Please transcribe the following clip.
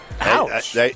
Ouch